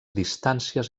distàncies